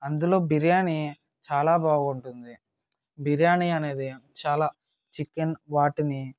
అందులో బిర్యానీ చాలా బాగుంటుంది బిర్యానీ అనేది చాలా చికెన్ వాటిని